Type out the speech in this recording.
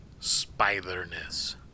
spiderness